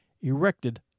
erected